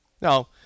Now